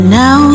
now